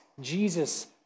Jesus